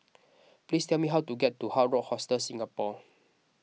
please tell me how to get to Hard Rock Hostel Singapore